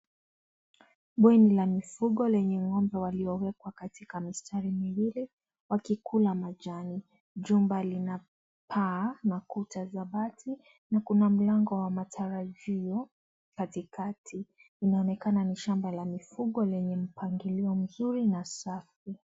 Bweni la mifugo wenye ngombe waliowekwa kwa mistari miwili wakikula majani. Jumba ina paa na kuta za bati na kuna mlango wa matarajio katikati. Inaonekana ni shamba la mifugo lenye mpangilio mzuri na safi.